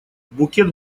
букет